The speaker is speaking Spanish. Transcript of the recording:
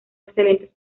excelentes